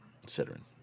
considering